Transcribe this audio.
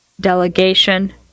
delegation